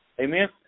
Amen